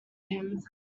him